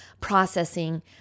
processing